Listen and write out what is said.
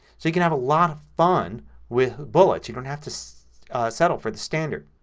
so you can have a lot of fun with bullets. you don't have to settle for the standard.